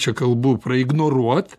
čia kalbu praignoruot